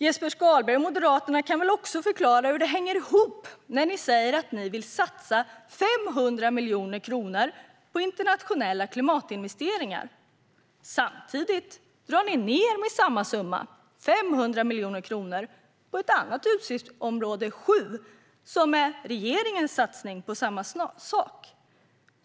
Jesper Skalberg Karlsson och Moderaterna kan också förklara hur det hänger ihop när ni säger att ni vill satsa 500 miljoner kronor på internationella klimatinvesteringar och samtidigt drar ned med samma summa, 500 miljoner kronor, på ett annat utgiftsområde, nr 7, som är regeringens satsning på samma sak.